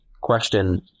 question